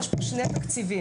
יש פה שני תקציבים,